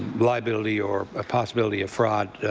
liability or ah possibility of fraud